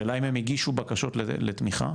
השאלה אם הם הגישו בקשות לתמיכה?